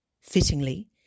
Fittingly